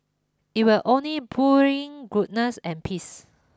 it will only bring goodness and peace